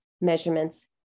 measurements